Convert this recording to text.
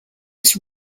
its